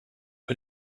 put